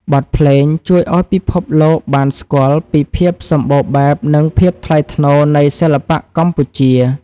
បទភ្លេងជួយឱ្យពិភពលោកបានស្គាល់ពីភាពសម្បូរបែប និងភាពថ្លៃថ្នូរនៃសិល្បៈកម្ពុជា។